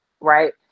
right